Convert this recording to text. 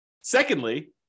secondly